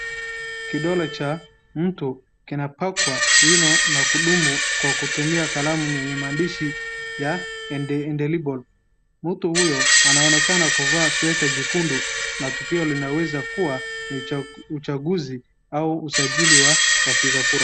Kidole cha mtu kinapakwa wino na kudumu kwa kutumia kalamu yenye maandishi ya indelible mtu huyo anaonekana kuvaa sweeter jekundu na tukio linaweza kuwa uchaguzi au usajili wa wapiga kura.